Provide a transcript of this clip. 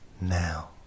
now